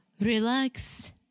relax